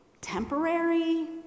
temporary